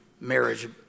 marriage